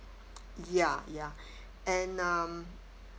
ya ya and um